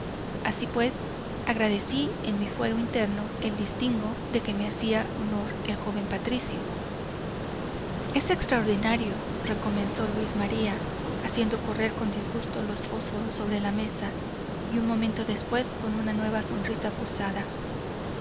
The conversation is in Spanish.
así pues agradecí en mi fuero interno el distingo de que me hacía honor el joven patricio es extraordinario recomenzó luis maría haciendo correr con disgusto los fósforos sobre la mesa y un momento después con una nueva sonrisa forzada